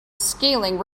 scaling